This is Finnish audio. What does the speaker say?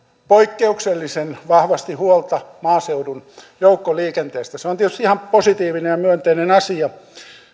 poikkeuksellisen vahvasti huolta maaseudun joukkoliikenteestä se on tietysti ihan positiivinen ja myönteinen asia